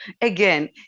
again